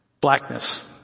blackness